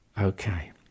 okay